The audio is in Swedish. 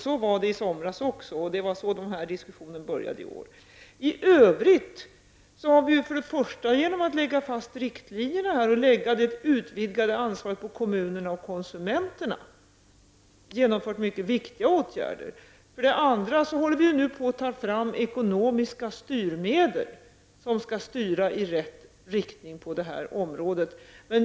Så var det även i somras, och det var på det sättet denna diskussion började i år. I övrigt har vi för det första, genom att lägga fast riktlinjerna och lägga det utvidgade ansvaret på kommunerna och konsumenterna, genomfört mycket viktiga åtgärder. För det andra håller vi nu på att ta fram ekonomiska styrmedel som skall styra i rätt riktning på detta område.